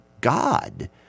God